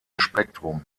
spektrum